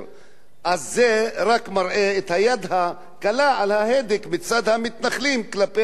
אז זה רק מראה את היד הקלה על ההדק מצד המתנחלים כלפי הפלסטינים,